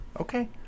Okay